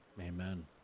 Amen